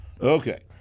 Okay